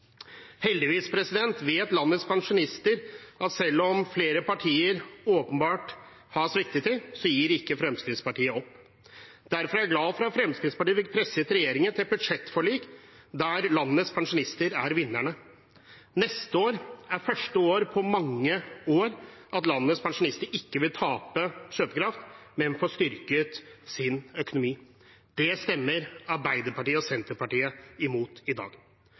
Heldigvis vet landets pensjonister at selv om flere partier åpenbart har sviktet dem, gir ikke Fremskrittspartiet opp. Derfor er jeg glad for at Fremskrittspartiet fikk presset regjeringen til et budsjettforlik der landets pensjonister er vinnerne. Neste år er første år på mange år at landets pensjonister ikke vil tape kjøpekraft, men få styrket sin økonomi. Det stemmer Arbeiderpartiet og Senterpartiet mot i dag.